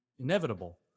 inevitable